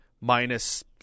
minus